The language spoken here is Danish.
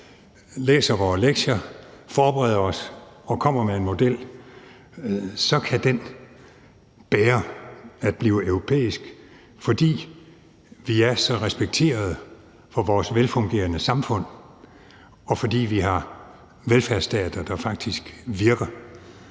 læser vores lektier, forbereder os og kommer med en model, så kan den bære at blive europæisk, fordi vi er så respekterede for vores velfungerende samfund, og fordi vi har velfærdsstater, der faktisk virker